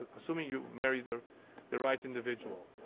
assuming you marry the the right individual.